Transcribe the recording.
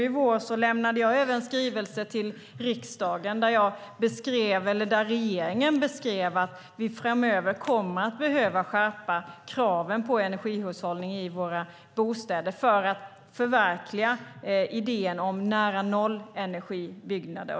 I våras lämnade jag över en skrivelse till riksdagen där regeringen beskriver att vi framöver kommer att behöva skärpa kraven på energihushållning i våra bostäder för att förverkliga idén om nära-noll-energibyggnader.